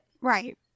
Right